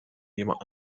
jemand